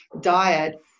diet